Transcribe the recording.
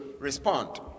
respond